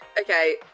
Okay